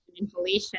Inhalation